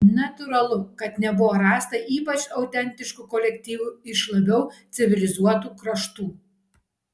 natūralu kad nebuvo rasta ypač autentiškų kolektyvų iš labiau civilizuotų kraštų